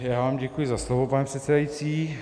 Já vám děkuji za slovo, pane předsedající.